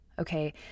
Okay